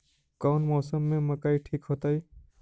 कौन मौसम में मकई ठिक होतइ?